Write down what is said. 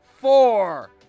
four